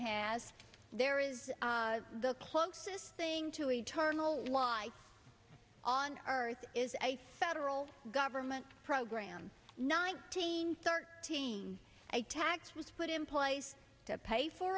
asked there is the closest thing to eternal why on earth is a federal government program nineteen thirteen a tax was put in place to pay for